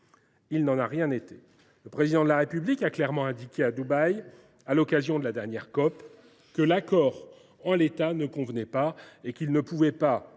Il n’en a rien été. Le Président de la République a clairement indiqué à Dubaï, à l’occasion de la dernière COP, que l’accord ne convenait pas en l’état et qu’il ne pouvait pas